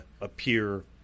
appear